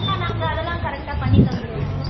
ஆ நாங்கள் அதெல்லாம் கரெக்டாக பண்ணி தந்துடுவோங்க